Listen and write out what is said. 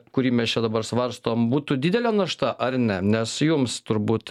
kurį mes čia dabar svarstom būtų didelė našta ar ne nes jums turbūt